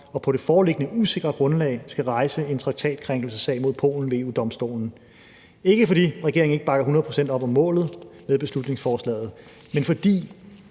og på det foreliggende usikre grundlag skal rejse en traktatkrænkelsessag mod Polen ved EU-Domstolen. Det er ikke, fordi regeringen ikke bakker hundrede procent op om målet med beslutningsforslaget, men fordi